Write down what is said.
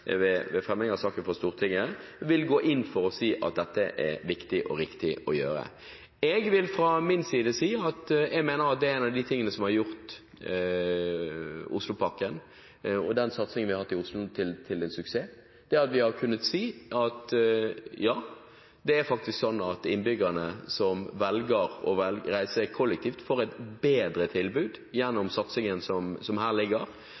ved framleggelsen av saken for Stortinget vil gå inn for å si at dette er viktig og riktig å gjøre. Jeg vil fra min side si at jeg mener at en av de tingene som har gjort Oslopakken og den satsingen vi har hatt i Oslo, til en suksess, er at vi har kunnet si: Ja, det er faktisk sånn at innbyggerne som velger å reise kollektivt, får et bedre tilbud gjennom satsingen som her ligger.